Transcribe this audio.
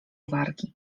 wargi